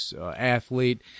athlete